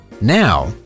Now